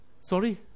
sorry